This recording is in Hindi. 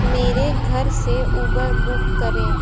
मेरे घर से उबर बुक करें